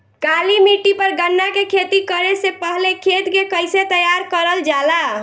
काली मिट्टी पर गन्ना के खेती करे से पहले खेत के कइसे तैयार करल जाला?